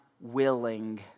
willing